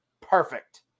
Perfect